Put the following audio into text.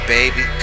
Baby